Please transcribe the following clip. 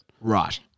Right